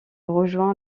rejoint